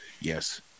Yes